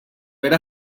era